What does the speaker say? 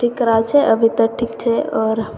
ठीक कराबै छै अभी तऽ ठीक छै आओर